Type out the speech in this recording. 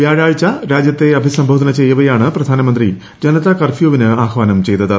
വൃാഴാഴ്ച രാജ്യത്തെ അഭിസംബോധന ചെയ്യവെയാണ് പ്രധാനമന്ത്രി ജനതാ കർഫ്യൂവിന് ആഹ്വാനം ചെയ്തത്